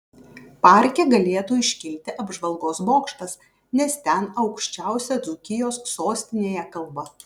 parke galėtų iškilti apžvalgos bokštas nes ten aukščiausia dzūkijos sostinėje kalva